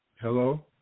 Hello